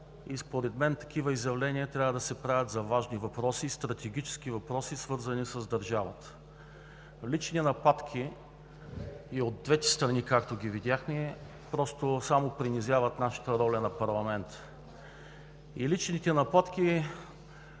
и според мен такива изявления трябва да се правят за важни, стратегически въпроси, свързани с държавата. Лични нападки и от двете страни, както ги видяхме, само принизяват нашата роля – на парламента. Личните нападки